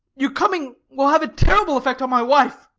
your coming will have a terrible effect on my wife!